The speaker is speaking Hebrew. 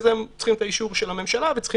הם צריכים את האישור של הממשלה וצריכים